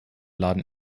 laden